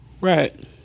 right